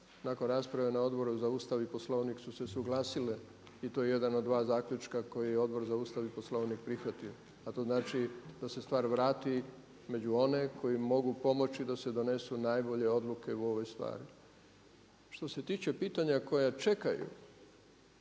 nakon rasprave na Odboru za Ustav i Poslovnik su se suglasile i to je jedan od dva zaključka koji je Odbor za Ustav i Poslovnik prihvatio. A to znači da se stvar vrati među one koji mogu pomoći da se donesu najbolje odluke u ovoj stvari. Što se tiče pitanja koja čekaju